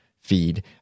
feed